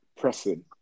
pressing